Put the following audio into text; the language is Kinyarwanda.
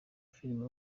filime